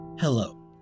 Hello